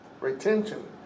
retention